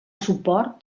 suport